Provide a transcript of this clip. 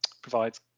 Provides